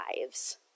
lives